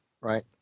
right